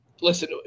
Listen